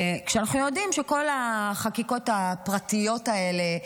כשאנחנו יודעים שכל החקיקות הפרטיות האלה,